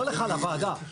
לא לך, לוועדה.